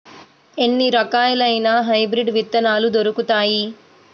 ఎన్ని రకాలయిన హైబ్రిడ్ విత్తనాలు దొరుకుతాయి?